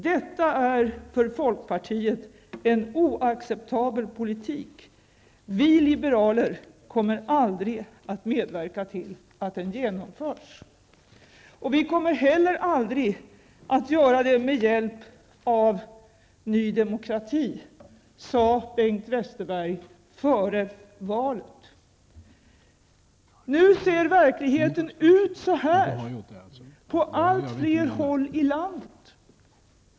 Detta är för folkpartiet en oacceptabel politik. Vi liberaler kommer aldrig att medverka till att den genomförs.'' Vi kommer heller aldrig att göra det med hjälp av Ny Demokrati, sade Bengt Westerberg före valet. Nu ser verkligheten ut så här på allt fler håll i landet.